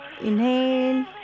Inhale